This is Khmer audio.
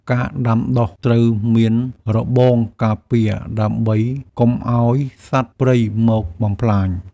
ការដាំដុះត្រូវមានរបងការពារដើម្បីកុំឱ្យសត្វព្រៃមកបំផ្លាញ។